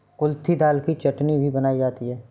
कुल्थी दाल की चटनी भी बनाई जाती है